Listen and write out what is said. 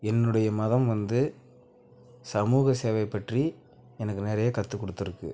என்னுடைய மதம் வந்து சமூக சேவைப்பற்றி எனக்கு நிறைய கற்று கொடுத்துருக்கு